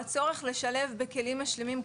הצורך לשלב בכלים משלימים,